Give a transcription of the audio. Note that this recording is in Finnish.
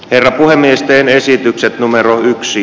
eroa miesten esitykset numero yksi